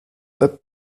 that